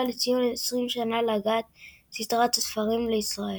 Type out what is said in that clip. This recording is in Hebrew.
לציון 20 שנה להגעת סדרת הספרים לישראל.